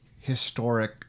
historic